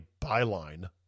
byline